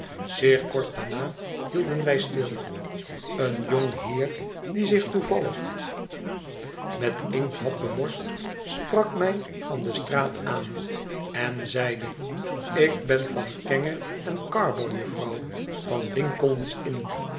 zeer kort daarna hielden wij stil een jong heer die zich toevallig met inkt had bemorst sprak mij van de straat aan en zeide ik ben van kenge en carboy jufvrouw van lincoln s inn